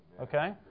Okay